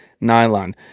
Nylon